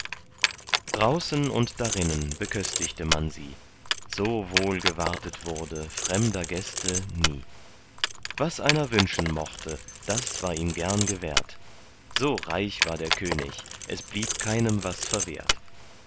draußen und darinnen beköstigte man sie so wohl gewartet wurde fremder gäste nie was einer wünschen mochte das war ihm gern gewährt so reich war der könig es blieb keinem was verwehrt